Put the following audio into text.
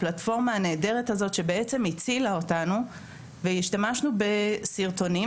הפלטפורמה הנהדרת הזאת שהצילה אותנו והשתמשנו בסרטונים